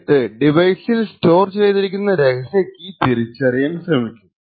എന്നിട്ട് ഈ ഡിവൈസിൽ സ്റ്റോർ ചെയ്തിരിക്കുന്ന രഹസ്യ കീ തിരിച്ചറിയാൻ ശ്രമിക്കും